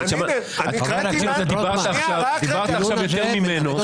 דיברת עכשיו יותר ממנו,